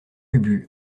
ubu